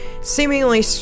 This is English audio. seemingly